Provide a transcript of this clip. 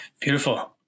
beautiful